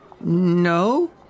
no